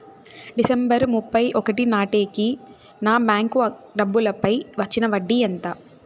December ముప్పై ఒకటి నాటేకి నా బ్యాంకు డబ్బుల పై వచ్చిన వడ్డీ ఎంత?